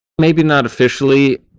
maybe not officially.